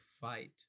fight